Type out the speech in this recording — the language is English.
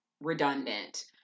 redundant